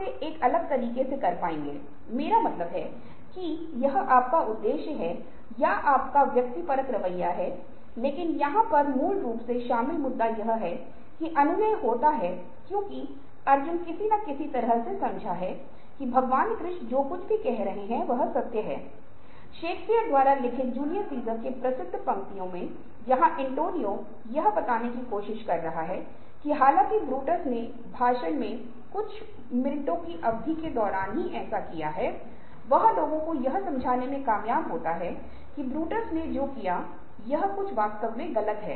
इसके साथ भावनात्मक लोग भावनात्मक रूप से परिपक्व होते है या उच्च भावनात्मक बुद्धिमत्ता रखते है और इसके सात ही जीवन में कई घटनाएँ है जैसे जीवनसाथी की मृत्यु बच्चों की मृत्यु परिवार के कुछ व्यक्तियों की मृत्यु ये जीवन की बहुत तनावपूर्ण घटनाये हैं